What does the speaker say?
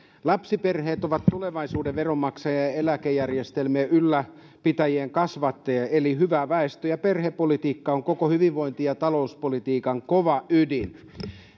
lapsiperheet ovat tulevaisuuden veronmaksajien ja ja eläkejärjestelmien ylläpitäjien kasvattajia eli hyvä väestö ja perhepolitiikka on koko hyvinvointi ja talouspolitiikan kova ydin